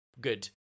good